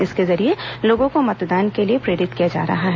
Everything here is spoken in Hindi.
इसके जरिए लोगों को मतदान के प्रति प्रेरित किया जा रहा है